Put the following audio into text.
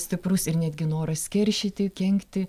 stiprus ir netgi noras keršyti kenkti